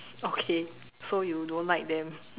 okay so you don't like them